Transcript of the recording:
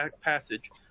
passage